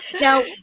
Now